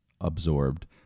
absorbed